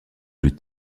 plus